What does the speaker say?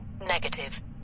Negative